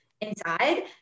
inside